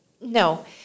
No